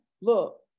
look